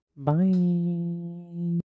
bye